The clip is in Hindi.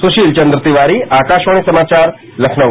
सुशील चन्द्र तिवारी आकाशवाणी समाचार लखनऊ